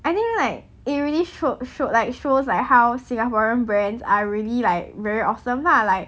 I think like it really showed showed like shows like how singaporean brands are really like very awesome lah like